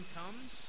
comes